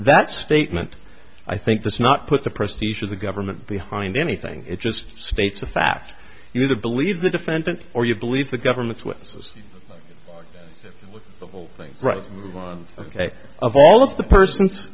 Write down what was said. that statement i think this not put the prestige of the government behind anything it just states a fact you believe the defendant or you believe the government's witnesses the whole thing right ok of all of the persons